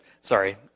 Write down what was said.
Sorry